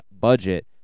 budget